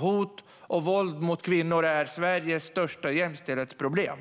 Hot och våld mot kvinnor är Sveriges största jämställdhetsproblem.